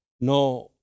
no